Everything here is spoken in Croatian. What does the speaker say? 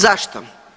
Zašto?